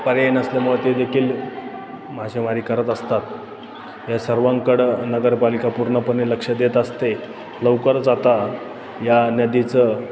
पर्याय नसल्यामुळं ते देखील मासेमारी करत असतात या सर्वांकडं नगरपालिका पूर्णपणे लक्ष देत असते लवकरच आता या नदीचं